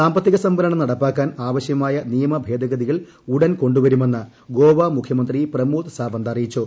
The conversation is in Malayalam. സാമ്പത്തിക സംവരണം നടപ്പാക്കാൻ ആവശ്യ മായ നിയമഭേദഗതികൾ ഉടൻ കൊണ്ടുവരുമെന്ന് ഗോവ മുഖ്യമന്ത്രി പ്രമോദ് സാവന്ത് അറിയിച്ചു